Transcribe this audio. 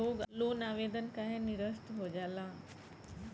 Loan आवेदन काहे नीरस्त हो जाला?